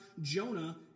Jonah